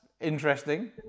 interesting